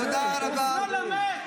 תודה רבה.